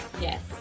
Yes